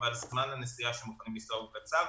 כאשר זמן הנסיעה שהם מוכנים לנסוע הוא קצר.